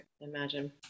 imagine